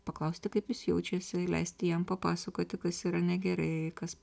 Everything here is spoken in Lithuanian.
paklausti kaip jis jaučiasi leisti jam papasakoti kas yra negerai kas